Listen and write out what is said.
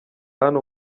hano